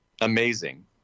Amazing